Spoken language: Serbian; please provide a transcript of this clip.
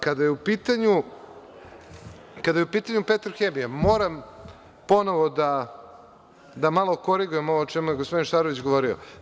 Kada je u pitanju „Petrohemija“, moram ponovo da malo korigujem ovo o čemu je gospodin Šarović govorio.